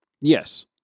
Yes